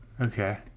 Okay